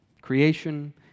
Creation